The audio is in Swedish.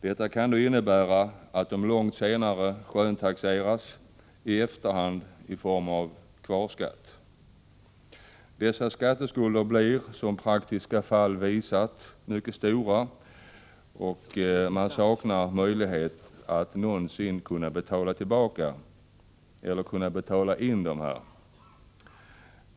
Detta kan då innebära att de långt senare skönstaxeras i efterhand i form av kvarskatt. Dessa skatteskulder blir, som praktiska fall har visat, mycket stora, och de prostituerade saknar möjlighet att någonsin kunna betala in dem.